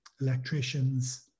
electricians